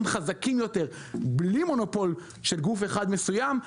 חזקים יותר בלי מונופול של גוף אחד מסוים,